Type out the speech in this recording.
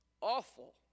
awful